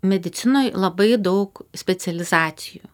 medicinoj labai daug specializacijų